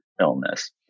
illness